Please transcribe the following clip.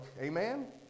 Amen